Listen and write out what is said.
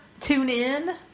TuneIn